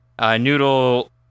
Noodle